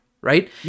right